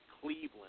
Cleveland